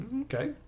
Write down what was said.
okay